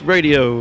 Radio